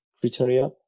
criteria